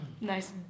nice